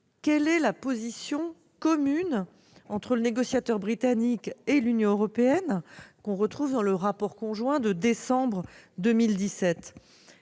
l'Irlande. La position commune entre le négociateur britannique et l'Union européenne, que l'on retrouve dans le rapport conjoint de décembre 2017,